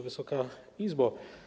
Wysoka Izbo!